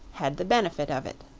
had the benefit of it.